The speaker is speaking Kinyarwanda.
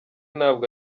ntabwo